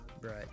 Right